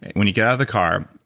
when you get out of the car,